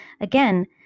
again